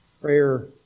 Prayer